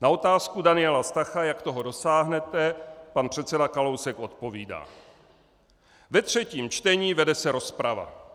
Na otázku Daniela Stacha, jak toho dosáhnete, pan předseda Kalousek odpovídá: Ve třetím čtení vede se rozprava.